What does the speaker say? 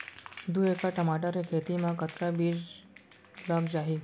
दू एकड़ टमाटर के खेती मा कतका बीजा लग जाही?